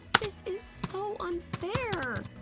this is so unfair.